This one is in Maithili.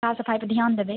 साफ सफाइ पर ध्यान देबै